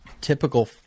typical